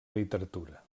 literatura